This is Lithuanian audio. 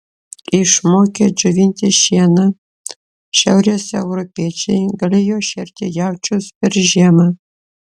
išmokę džiovinti šieną šiaurės europiečiai galėjo šerti jaučius per žiemą